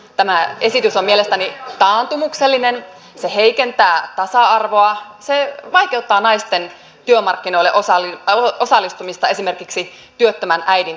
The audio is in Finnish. tämä esitys on mielestäni taantumuksellinen se heikentää tasa arvoa se vaikeuttaa naisten työmarkkinoille osallistumista esimerkiksi työttömän äidin työnhakua